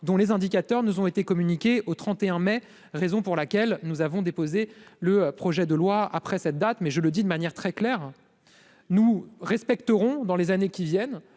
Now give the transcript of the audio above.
dont les indicateurs nous ont été communiqués au 31 mai, raison pour laquelle nous avons déposé le projet de loi après cette date, mais je le dis de manière très claire, nous respecterons dans les années qui viennent,